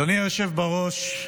אדוני היושב בראש,